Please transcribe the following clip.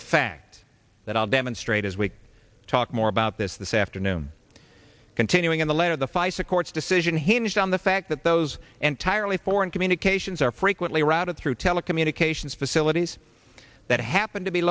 a fact that i'll demonstrate as we talk more about this this afternoon continuing in the letter the face of court's decision hinged on the fact that those entirely foreign communications are frequently routed through telecommunications facilities that happen to be